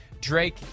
Drake